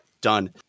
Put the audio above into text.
done